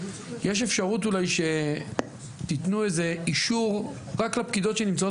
יש אפשרות אולי שתתנו איזה אישור רק לפקידות שנמצאות